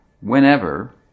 Whenever